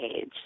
age